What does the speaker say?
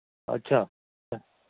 अच्छा त